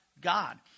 God